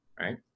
right